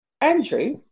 andrew